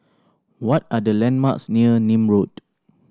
what are the landmarks near Nim Road